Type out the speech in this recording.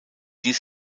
dies